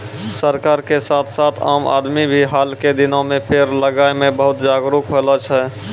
सरकार के साथ साथ आम आदमी भी हाल के दिनों मॅ पेड़ लगाय मॅ बहुत जागरूक होलो छै